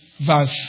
verse